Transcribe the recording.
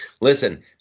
Listen